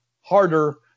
harder